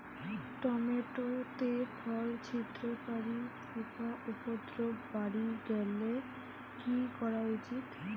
Tomato তে ফল ছিদ্রকারী পোকা উপদ্রব বাড়ি গেলে কি করা উচিৎ?